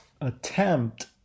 attempt